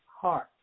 heart